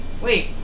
Wait